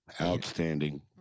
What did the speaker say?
Outstanding